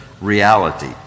reality